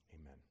Amen